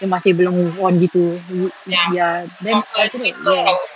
dia masih belum move on gitu ya then after that ya